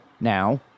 now